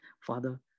father